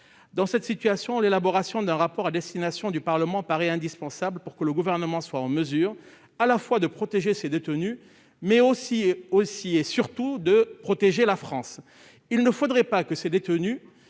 Dans cette situation, l'élaboration d'un rapport à destination du Parlement paraît indispensable pour que le Gouvernement soit en mesure de protéger, à la fois, ces détenus, mais aussi et surtout la France. Il ne faudrait pas que ces derniers